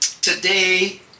today